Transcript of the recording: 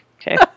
Okay